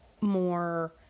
more